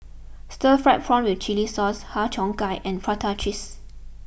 Stir Fried Prawn with Chili Sauce Har Cheong Gai and Prata Cheese